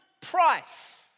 price